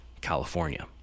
California